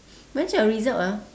when's your result ah